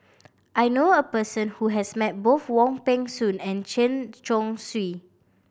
I knew a person who has met both Wong Peng Soon and Chen Chong Swee